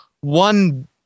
one